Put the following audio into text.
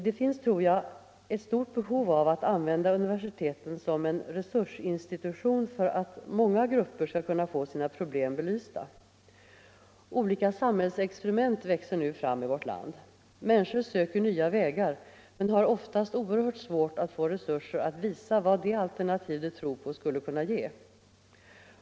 Det finns, tror jag, ett stort behov av att använda universiteten som en resursinstitution för att många grupper skall kunna få sina problem belysta. Olika samhällsexperiment växer nu fram i vårt land. Människor söker nya vägar men har oftast oerhört svårt att få resurser att visa vad de alternativ de tror på skulle kunna ge.